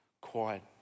quiet